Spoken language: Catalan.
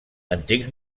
antics